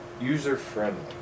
user-friendly